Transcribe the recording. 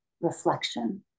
reflection